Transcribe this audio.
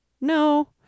No